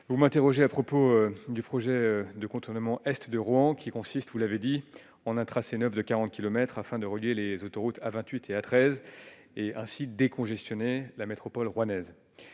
vous m'interrogez à propos du projet de contournement Est de Rouen qui consiste, vous l'avez dit, on a tracé 9 de 40 kilomètres afin de relier les autoroutes à 28 et A13 et ainsi décongestionner la métropole rouennaise,